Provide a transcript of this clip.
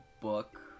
book